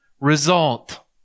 result